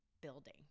building